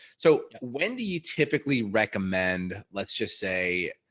so when do you typically recommend, let's just say,